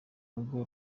rugo